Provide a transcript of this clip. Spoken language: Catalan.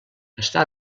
està